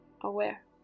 aware